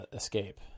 escape